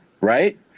Right